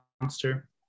monster